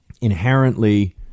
inherently